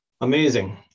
Amazing